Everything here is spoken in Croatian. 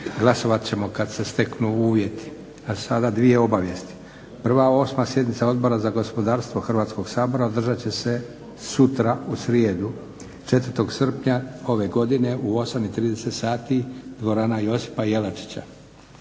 Glasovat ćemo kad se steknu uvjeti, a sada dvije obavijesti. 1. Osma sjednica Odbora za gospodarstvo Hrvatskog sabora održat će se sutra u srijedu 4. Srpnja ove godine u 8,30 sati dvorana Josipa Jelačića.